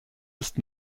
ist